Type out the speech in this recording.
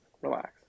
relax